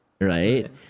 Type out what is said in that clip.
right